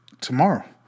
tomorrow